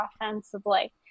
offensively